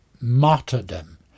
martyrdom